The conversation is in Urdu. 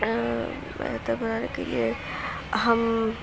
بہتر بنانے کے لیے اہم